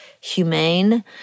humane